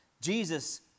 Jesus